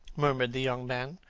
murmured the young man,